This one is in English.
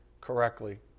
correctly